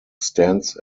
stands